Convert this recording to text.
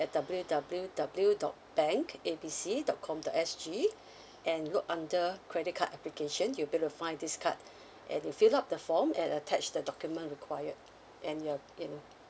at W W W dot bank A B C dot com dot S G and look under credit card application you'll be able to find this card and you fill up the form and attach the document required and you're in